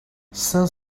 cinq